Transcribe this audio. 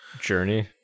Journey